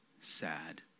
sad